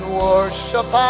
worship